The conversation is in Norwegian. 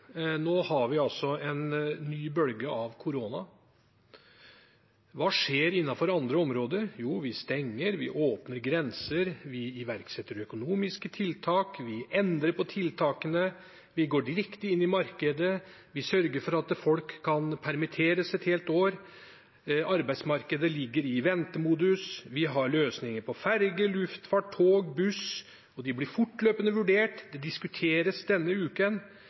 nå? Nå har vi altså en ny bølge av korona. Hva skjer innenfor andre områder? Jo, vi stenger, vi åpner grenser, vi iverksetter økonomiske tiltak, vi endrer på tiltakene, vi går direkte inn i markedet, vi sørger for at folk kan permitteres et helt år, arbeidsmarkedet ligger i ventemodus, vi har løsninger for ferger, luftfart, tog og buss, og de blir fortløpende vurdert, det diskuteres denne uken,